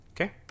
okay